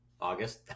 August